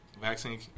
Vaccine